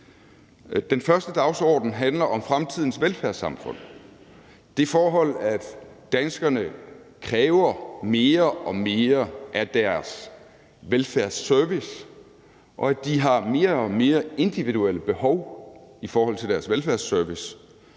Den første dagsorden handler om fremtidens velfærdssamfund – det forhold, at danskerne kræver mere og mere af deres velfærdsservice, og at de har flere og flere individuelle behov i forhold til deres velfærdsservice,